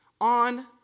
on